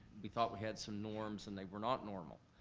we thought we had some norms and they were not normal.